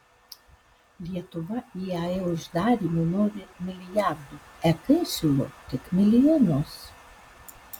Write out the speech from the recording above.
lietuva iae uždarymui nori milijardų ek siūlo tik milijonus